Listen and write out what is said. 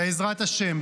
בעזרת השם,